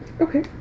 Okay